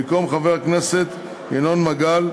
במקום חבר הכנסת ינון מגל,